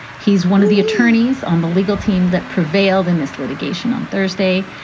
he's one of the attorneys on the legal team that prevailed in this litigation on thursday.